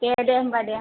दे दे होम्बा दे